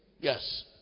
Yes